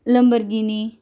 Lamborghini